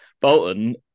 Bolton